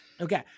Okay